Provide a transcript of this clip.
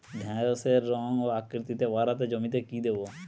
ঢেঁড়সের রং ও আকৃতিতে বাড়াতে জমিতে কি দেবো?